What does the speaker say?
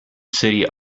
city